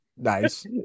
Nice